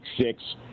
six